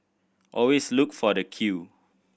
always look for the queue